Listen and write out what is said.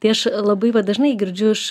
tai aš labai va dažnai girdžiu iš